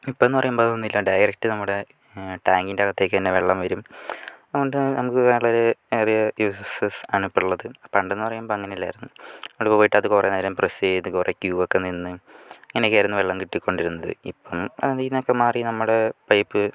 ഇപ്പം എന്ന് പറയുമ്പോൾ അതൊന്നു ഇല്ലാണ്ടായി എരട്ടി നമ്മുടെ ടാങ്കിൻറകത്തേക്കു തന്നെ വെള്ളം വരും അതുകൊണ്ട് നമുക്ക് വളരെ ഒര് ആണ് ഇപ്പം ഉള്ളത് പണ്ടെന്ന് പറയുമ്പോൾ അങ്ങനെയല്ലായിരുന്നു പോയിട്ട് അത് കുറെ നേരം പ്രസ്സ് ചെയ്ത് കുറെ ക്യൂ ഒക്കെ നിന്ന് അങ്ങനെയൊക്കെയായിരുന്നു വെള്ളം കിട്ടി കൊണ്ടിരുന്നത് ഇപ്പം അതിൽ നിന്നൊക്കെ മാറി നമ്മള് പൈപ്പ്